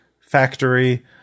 factory